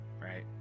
right